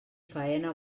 faena